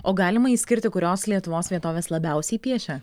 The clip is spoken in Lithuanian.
o galima išskirti kurios lietuvos vietovės labiausiai piešė